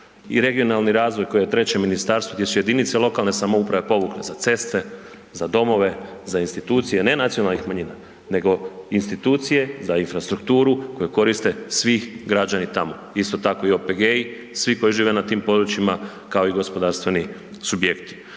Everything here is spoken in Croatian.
I regionalni razvoj koji je treće ministarstvo gdje su jedinice lokalne samouprave povukle za ceste, za domove, za institucije ne nacionalnih manjina nego institucije za infrastrukturu koje koristi svi građani tamo. Isto tako i OPG-i, svi koji žive na tim područjima, kao i gospodarstveni subjekti.